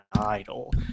idol